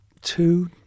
two